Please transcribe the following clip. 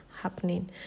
happening